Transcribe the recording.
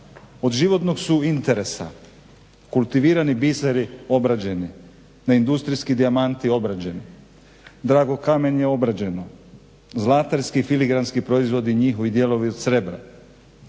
od životnog su interesa kultivirani biseri obrađeni, neindustrijski dijamanti obrađeni, drago kamenje obrađeno, zlatarski filigrantski proizvodi, njihovi dijelovi od srebra,